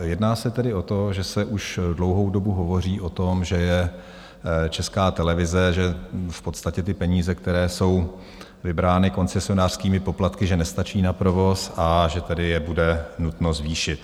Jedná se tedy o to, že se už dlouhou dobu hovoří o tom, že je Česká televize že v podstatě ty peníze, které jsou vybrány koncesionářskými poplatky, nestačí na provoz, a že tedy je bude nutno zvýšit.